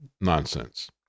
nonsense